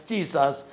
Jesus